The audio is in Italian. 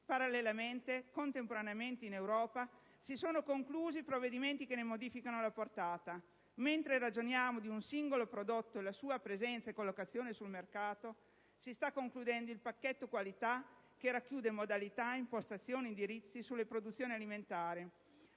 parallelamente e contemporaneamente, in Europa, si sono conclusi provvedimenti che ne modificano la portata. Mentre ragioniamo di un singolo prodotto e della sua presente collocazione sul mercato, si sta concludendo il pacchetto qualità che racchiude modalità, impostazioni e indirizzi sulle produzioni alimentari,